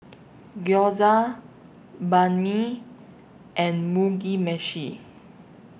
Gyoza Banh MI and Mugi Meshi